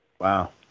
Wow